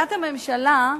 לעמדת הממשלה,